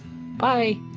Bye